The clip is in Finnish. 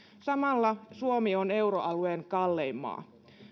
samalla suomi on euroalueen kallein maa